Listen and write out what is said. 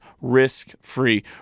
risk-free